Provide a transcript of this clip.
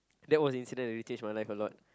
that was an incident that changed my life a lot